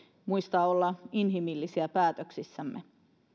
muistaa olla inhimillisiä päätöksissämme